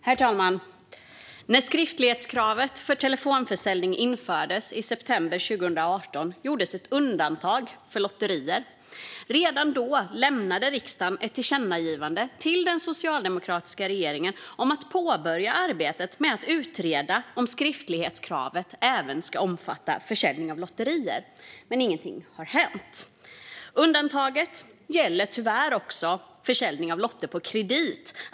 Herr talman! När skriftlighetskravet för telefonförsäljning infördes i september 2018 gjordes ett undantag för lotterier. Redan då gjorde riksdagen ett tillkännagivande till den socialdemokratiska regeringen om att man ville påbörja arbetet med att utreda om skriftlighetskravet även skulle omfatta försäljning av lotter. Men ingenting har hänt. Undantaget gäller tyvärr också försäljning av lotter på kredit.